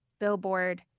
billboard